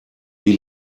die